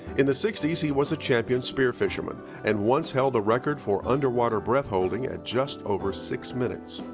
in the sixty s he was a champion spear fisherman, and once held the record for underwater breath holding at just over six minutes.